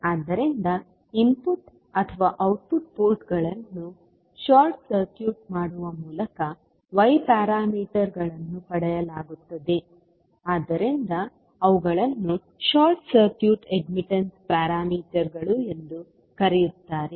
ಆದ್ದರಿಂದ ಇನ್ಪುಟ್ ಅಥವಾ ಔಟ್ಪುಟ್ ಪೋರ್ಟ್ಗಳನ್ನು ಶಾರ್ಟ್ ಸರ್ಕ್ಯೂಟ್ ಮಾಡುವ ಮೂಲಕ y ಪ್ಯಾರಾಮೀಟರ್ಗಳನ್ನು ಪಡೆಯಲಾಗುತ್ತದೆ ಆದ್ದರಿಂದ ಅವುಗಳನ್ನು ಶಾರ್ಟ್ ಸರ್ಕ್ಯೂಟ್ ಅಡ್ಮಿಟೆನ್ಸ್ ಪ್ಯಾರಾಮೀಟರ್ಗಳು ಎಂದೂ ಕರೆಯುತ್ತಾರೆ